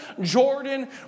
Jordan